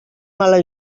mala